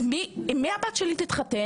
עם מי הבת שלי תתחתן?